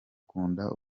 kunda